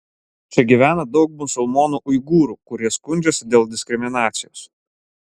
čia gyvena daug musulmonų uigūrų kurie skundžiasi dėl diskriminacijos